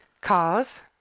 Cars